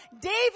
David